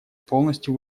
полностью